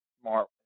smart